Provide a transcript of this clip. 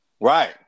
right